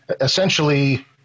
essentially